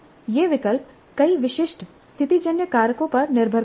ये विकल्प कई विशिष्ट स्थितिजन्य कारकों पर निर्भर करते हैं